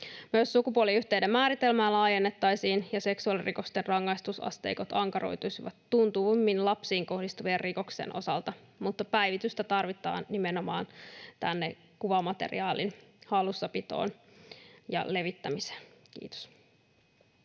Myös sukupuoliyhteyden määritelmää laajennettaisiin, ja seksuaalirikosten rangaistusasteikot ankaroituisivat tuntuvammin lapsiin kohdistuvien rikosten osalta. Mutta päivitystä tarvitaan nimenomaan tänne kuvamateriaalin hallussapitoon ja levittämiseen. — Kiitos.